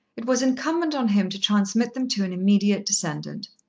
it was incumbent on him to transmit them to an immediate descendant.